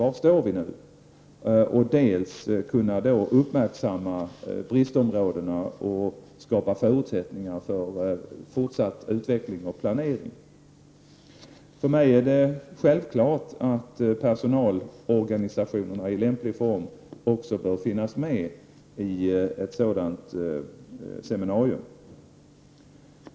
Var står vi nu? Jag hoppas också att det skall uppmärksamma bristområdena och skapa förutsättningar för fortsatt utveckling och planering. För mig är det självklart att personalorganisationerna i lämplig form också bör finnas med vid ett sådant seminarium.